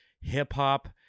hip-hop